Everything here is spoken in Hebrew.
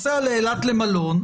הוא נוסע לאילת למלון,